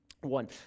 one